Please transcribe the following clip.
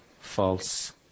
false